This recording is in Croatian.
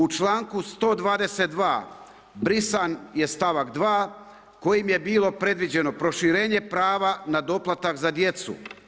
U članku 122. brisan je stavak 2 kojim je bilo predviđeno proširenje prava na doplatak za djecu.